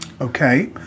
Okay